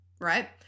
right